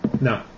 No